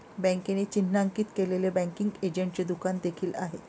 बँकेने चिन्हांकित केलेले बँकिंग एजंटचे दुकान देखील आहे